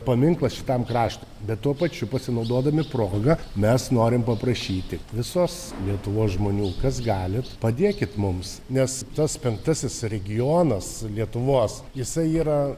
paminklas šitam kraštui bet tuo pačiu pasinaudodami proga mes norim paprašyti visos lietuvos žmonių kas galit padėkit mums nes tas penktasis regionas lietuvos jisai yra